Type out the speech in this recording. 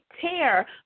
tear